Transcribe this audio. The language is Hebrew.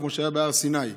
כמו שהיה בהר סיני.